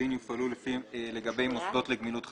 יופעלו לגבי מוסדות לגמילות חסדים,